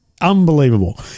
Unbelievable